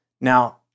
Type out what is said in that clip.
Now